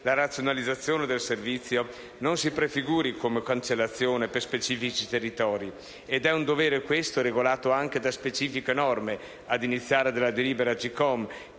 la razionalizzazione del servizio non si prefiguri come cancellazione per specifici territori. È un dovere, questo, regolato anche da specifiche norme, ad iniziare dalla delibera Agcom,